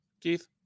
Keith